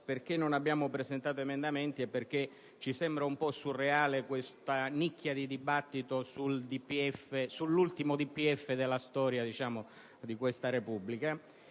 perché non abbiamo presentato emendamenti e perché ci sembra un po' surreale questa nicchia di dibattito sull'ultimo DPEF della storia di questa Repubblica.